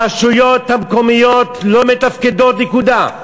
הרשויות המקומיות לא מתפקדות, נקודה.